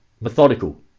methodical